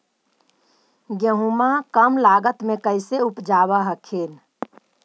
गेहुमा कम लागत मे कैसे उपजाब हखिन?